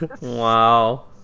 wow